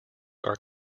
are